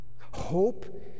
Hope